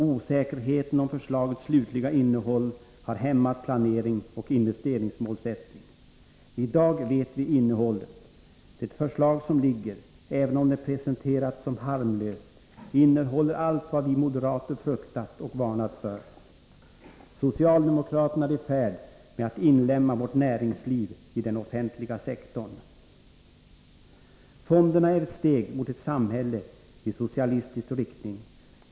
Osäkerheten om förslagets slutliga innehåll har hämmat planering och investeringsmålsättning. I dag vet vi innehållet. Det förslag som ligger, även om det presenterats som harmlöst, innehåller allt vad vi moderater fruktat och varnat för. Socialdemokraterna är i färd med att inlemma vårt näringsliv i den offentliga sektorn. Fonderna är ett steg mot ett samhälle i socialistisk riktning.